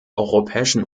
europäischen